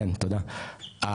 כן תודה,